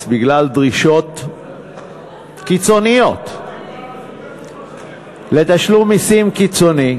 בגלל דרישות קיצוניות לתשלום מסים קיצוני,